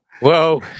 Whoa